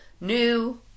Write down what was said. new